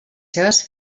seves